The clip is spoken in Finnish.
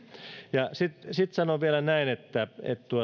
sitten sanon vielä näin että